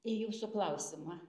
į jūsų klausimą